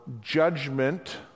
judgment